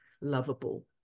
lovable